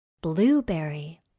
Blueberry